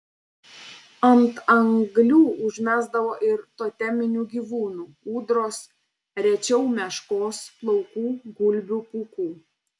ant anglių užmesdavo ir toteminių gyvūnų ūdros rečiau meškos plaukų gulbių pūkų